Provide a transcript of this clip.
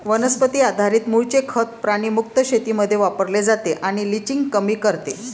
वनस्पती आधारित मूळचे खत प्राणी मुक्त शेतीमध्ये वापरले जाते आणि लिचिंग कमी करते